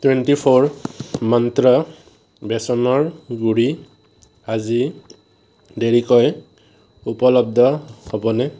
twenty four Mantra বেচনৰ গুড়ি আজি দেৰিকৈ উপলব্ধ হ'বনে